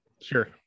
sure